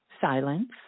silence